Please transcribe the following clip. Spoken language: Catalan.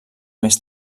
més